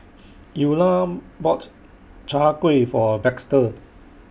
Eulah bought Chai Kuih For Baxter